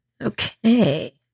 Okay